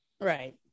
right